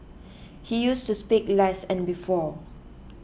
he used to speak less and before